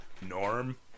norm